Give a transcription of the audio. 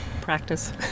Practice